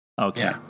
okay